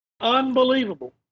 unbelievable